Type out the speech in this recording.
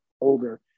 older